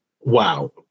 Wow